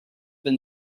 been